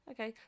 Okay